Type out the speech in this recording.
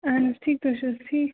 اہن حظ ٹھیٖک تُہۍ چھُو حظ ٹھیٖک